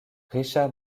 richard